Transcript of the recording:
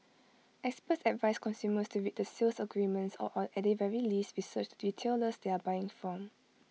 experts advise consumers to read the sales agreements or at the very least research the retailers they are buying from